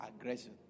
aggression